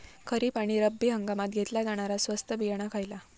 खरीप आणि रब्बी हंगामात घेतला जाणारा स्वस्त बियाणा खयला?